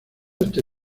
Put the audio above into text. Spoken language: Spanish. este